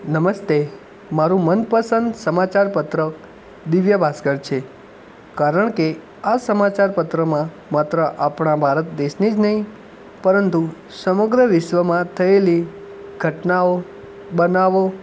નમસ્તે મારું મનપસંદ સમાચાર પત્ર દિવ્ય ભાસ્કર છે કારણ કે આ સમાચાર પત્રમાં માત્ર આપણા ભારત દેશની જ નહીં પરંતુ સમગ્ર વિશ્વમાં થયેલી ઘટનાઓ બનાવો